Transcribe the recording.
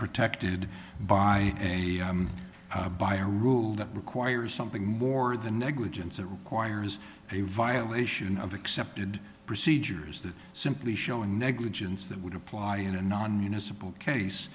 protected by a by a rule that requires something more than negligence that requires a violation of accepted procedures that simply showing negligence that would apply in a non municipal case